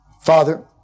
Father